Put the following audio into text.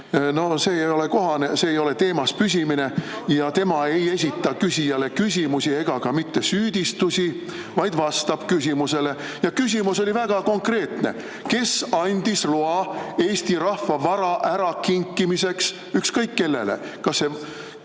No see ei ole kohane, see ei ole teemas püsimine. Ja tema ei esita küsijale küsimusi ega ka mitte süüdistusi, vaid vastab küsimusele. Ja küsimus oli väga konkreetne: kes andis loa Eesti rahva vara ärakinkimiseks ükskõik kellele? Kas see